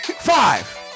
Five